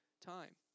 time